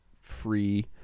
free